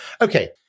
okay